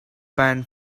pan